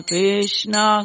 Krishna